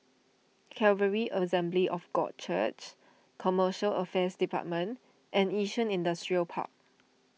Calvary Assembly of God Church Commercial Affairs Department and Yishun Industrial Park